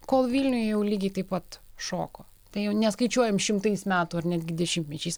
kol vilniuj jau lygiai taip pat šoko tai jau neskaičiuojam šimtais metų ar netgi dešimtmečiais